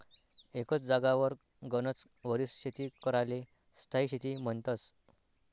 एकच जागावर गनच वरीस शेती कराले स्थायी शेती म्हन्तस